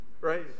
Right